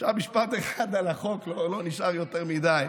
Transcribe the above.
עכשיו משפט אחד על החוק, לא נשאר יותר מדי,